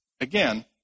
again